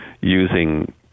using